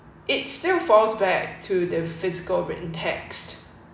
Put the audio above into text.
it still falls back to the physical written text